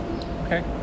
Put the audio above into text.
Okay